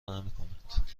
نمیکند